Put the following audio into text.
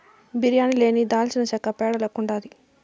బిర్యానీ లేని దాల్చినచెక్క పేడ లెక్కుండాది